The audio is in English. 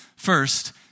First